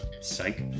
Psych